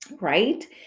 right